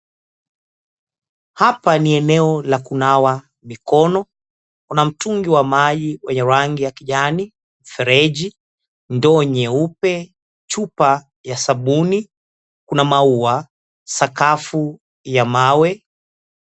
Hapa ni eneo la kunawa mikono, kuna mtungi wa maji wenye rangi ya kijani, mfereji, ndoo nyeupe, chupa ya sabuni. Kuna maua, sakafu ya mawe.